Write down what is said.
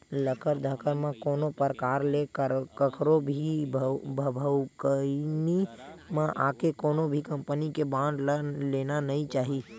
लकर धकर म कोनो परकार ले कखरो भी भभकउनी म आके कोनो भी कंपनी के बांड ल लेना नइ चाही